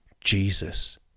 jesus